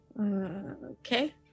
Okay